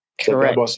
Correct